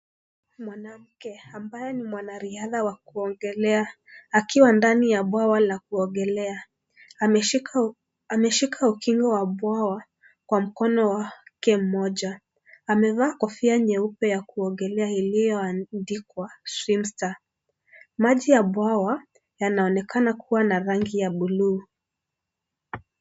Mwanamke ambaye ni mwanariadha wa kuogelea akiwa ndani ya bwawa la kuogelea ameshika ukuaa wa bohi Kwa mkono wake moja . Amevaa kofia ya kuogelea iliyoandikwa . Maji ya bwawa inaonekana kuwa na rangi ya bluu.